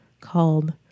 called